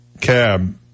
cab